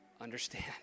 understand